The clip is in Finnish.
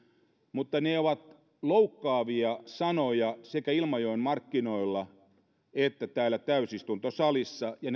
mutta ne ovat loukkaavia sanoja sekä ilmajoen markkinoilla että täällä täysistuntosalissa ja